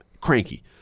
cranky